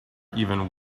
even